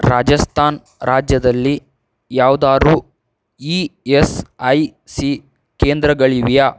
ರಾಜಸ್ಥಾನ್ ರಾಜ್ಯದಲ್ಲಿ ಯಾವ್ದಾದ್ರು E S I C ಕೇಂದ್ರಗಳಿವೆಯಾ